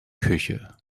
küche